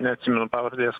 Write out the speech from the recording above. neatsimenu pavardės